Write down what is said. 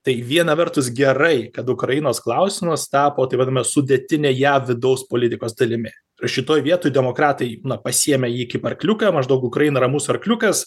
tai viena vertus gerai kad ukrainos klausimas tapo taip vadiname sudėtine jav vidaus politikos dalimi šitoj vietoj demokratai na pasiėmė jį kaip arkliuką maždaug ukraina yra mūsų arkliukas